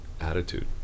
attitude